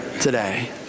today